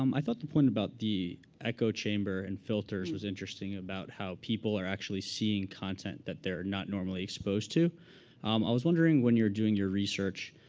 um i thought the point about the echo chamber and filters was interesting, about how people are actually seeing content that they're not normally exposed to. i was wondering, when you're doing your research,